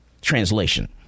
translation